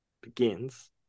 begins